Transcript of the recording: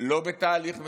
לא בתהליך מסודר,